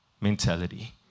mentality